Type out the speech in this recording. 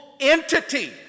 entity